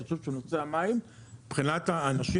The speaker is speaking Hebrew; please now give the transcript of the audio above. אני חושב שנושא המים מבחינת האנשים